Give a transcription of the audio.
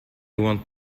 want